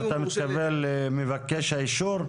אתה מתכוון למבקש האישור?